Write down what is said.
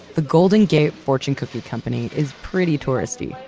the golden gate fortune cookie company is pretty touristy.